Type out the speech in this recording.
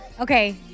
Okay